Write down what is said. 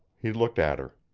he looked at her.